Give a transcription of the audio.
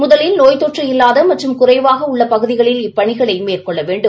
முதலில் நோய்த்தொற்று இல்லாத மற்றும் குறைவாக உள்ள பகுதிகிளல் இப்பணிகளை மேற்கொள்ள வேண்டும்